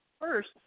first